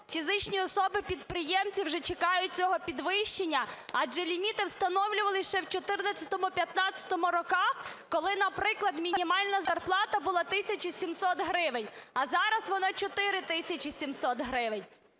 фізичні особи-підприємці вже чекають цього підвищення, адже ліміти встановлювалися ще в 2014-2015 роках, коли, наприклад, мінімальна зарплата була 1700 гривень, а зараз вона – 4700 гривень.